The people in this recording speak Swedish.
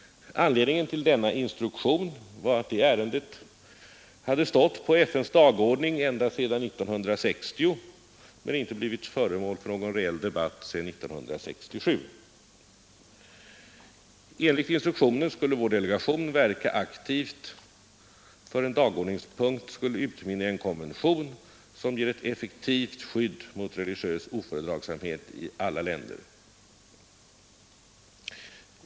Anledningen till denna instruktion var att det ärendet hade stått på FN:s dagordning ända sedan 1960 men inte blivit föremål för någon reell debatt sedan 1967. Enligt instruktionen skulle vår delegation verka aktivt för att denna dagordningspunkt nu skulle utmynna i en konvention som ger ett effektivt skydd mot religiös ofördragsamhet i alla länder.